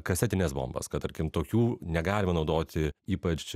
kasetines bombas kad tarkim tokių negalima naudoti ypač